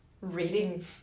reading